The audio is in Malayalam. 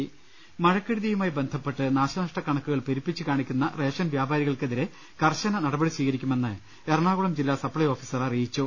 ് മഴക്കെടുതിയുമായി ബന്ധപ്പെട്ട് നാശനഷ്ട കണക്കുകൾ പെരുപ്പിച്ച് കാണിക്കുന്ന റേഷൻ വ്യാപാരികൾക്കെതിരെ കർശന നടപടി സ്വീകരിക്കുമെന്ന് എറണാകുളം ജില്ലാ സപ്ലൈ ഓഫീസർ അറിയിച്ചു